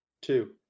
Two